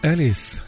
Alice